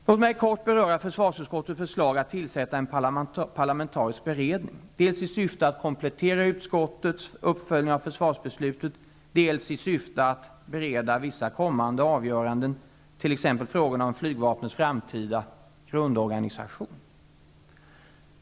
Låt mig kort beröra försvarsutskottets förslag att tillsätta en parlamentarisk beredning, dels i syfte att komplettera utskottets uppföljning av försvarsbeslutet, dels i syfte att bereda vissa kommande avgöranden, t.ex. frågan om flygvapnets framtida grundorganisation.